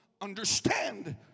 understand